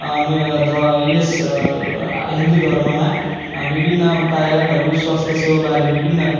यस हिन्दू धर्ममा विभिन्न उपायहरू स्वास्थ्य सेवा बारे विभिन्न